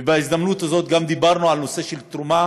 ובהזדמנות הזאת גם דיברנו על נושא התרומה